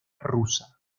rusa